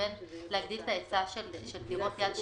בין אם זה להגדיל את ההיצע של דירה יד שנייה,